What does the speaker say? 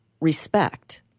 respect